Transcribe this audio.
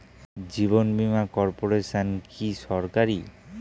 জীবন বীমা কর্পোরেশন কি সরকারি?